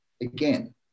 again